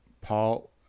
paul